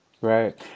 Right